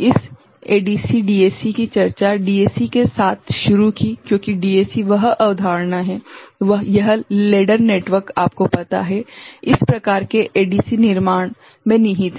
इस ADC DAC की चर्चा डीएसी के साथ शुरू की क्योंकि डीएसी वह अवधारणा है यह लेडर नेटवर्क आपको पता है इस प्रकार के एडीसी निर्माण में निहित है